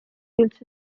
üldse